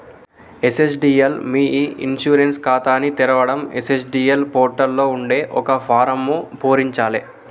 NSDL మీ e insurance ఖాతాని తెరవడం ఎన్.ఎస్.డి.ఎల్ పోర్టల్ లో ఉండే ఒక ఫారమ్ను పూరించాలే